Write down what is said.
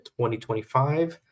2025